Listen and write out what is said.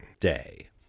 day